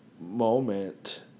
moment